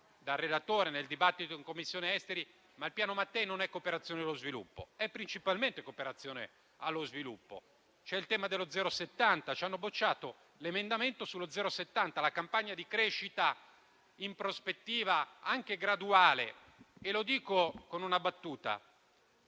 dal relatore, nel dibattito in Commissione esteri, che il Piano Mattei non è cooperazione allo sviluppo. È principalmente cooperazione allo sviluppo. Ci hanno bocciato l'emendamento sulla "Campagna 070", la campagna di crescita in prospettiva anche graduale. Lo dico con una battuta.